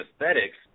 aesthetics